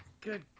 good